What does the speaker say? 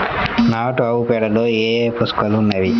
నాటు ఆవుపేడలో ఏ ఏ పోషకాలు ఉన్నాయి?